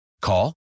Call